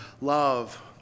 love